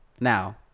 now